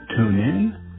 TuneIn